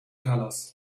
colors